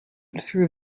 through